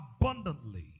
abundantly